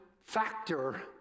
factor